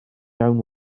iawn